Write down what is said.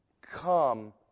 Come